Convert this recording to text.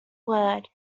word